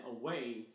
away